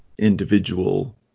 individual